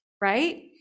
right